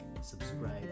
subscribe